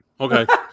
Okay